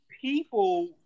people